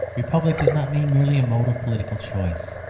republic does not mean merely a mode of political choice.